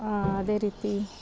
ಅದೇ ರೀತಿ